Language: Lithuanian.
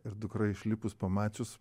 ir dukra išlipus pamačius